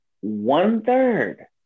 one-third